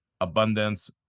abundance